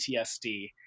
PTSD